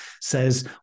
says